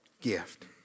gift